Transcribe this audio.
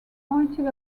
pointed